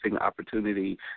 opportunity